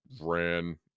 ran